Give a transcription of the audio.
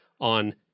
on